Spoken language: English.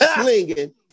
slinging